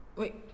Wait